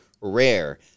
Rare